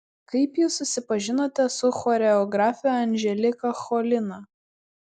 kaip jūs susipažinote su choreografe anželika cholina